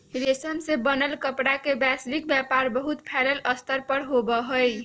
रेशम से बनल कपड़ा के वैश्विक व्यापार बहुत फैल्ल स्तर पर होबा हई